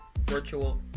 virtual